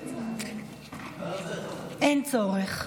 אין צורך.